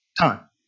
time